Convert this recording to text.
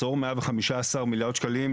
לאורך עשור 115 מיליארד שקלים